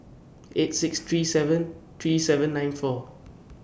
eight six three seven three seven nine four